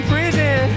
Prison